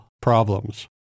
problems